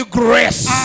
grace